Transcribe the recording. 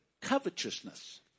covetousness